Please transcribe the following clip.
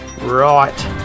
right